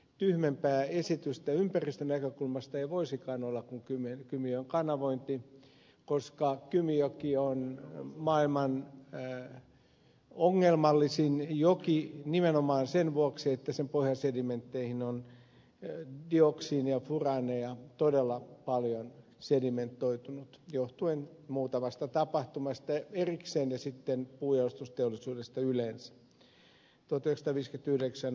tyhmempää esitystä ympäristönäkökulmasta ei voisikaan olla kuin kymijoen kanavointi koska kymijoki on maailman ongelmallisin joki nimenomaan sen vuoksi että sen pohjasedimentteihin on dioksiineja ja furaaneja todella paljon sedimentoitunut johtuen muutamasta tapahtumasta erikseen ovat sitten ne päästöt puunjalostusteollisuudesta yleensä